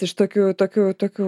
iš tokių tokių tokių